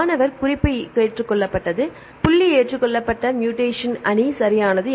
மாணவர் குறிப்பு ஏற்றுக்கொள்ளப்பட்டது புள்ளி ஏற்றுக்கொள்ளப்பட்ட மூடேசன் அணி சரியானது